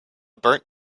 burnt